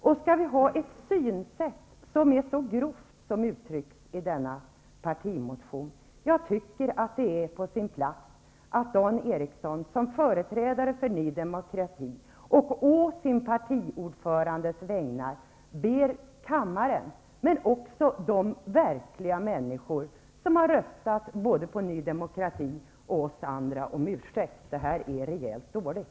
Och skall vi ha ett synsätt så grovt som det som uttrycks i denna partimotion? Jag tycker att det är på sin plats att Dan Eriksson som företrädare för Ny demokrati och å sin partiordförandes vägnar ber kammaren men också de verkliga människor som har röstat på oss, både de som röstat på Ny demokrati och de som röstat på oss andra, om ursäkt. Det här är rejält dåligt!